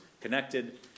connected